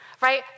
right